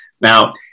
Now